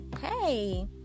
hey